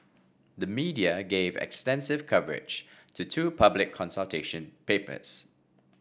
the media gave extensive coverage to two public consultation papers